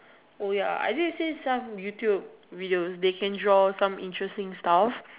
oh ya I think I see some YouTube videos they can draw some interesting stuff